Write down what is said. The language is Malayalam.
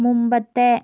മുമ്പത്തെ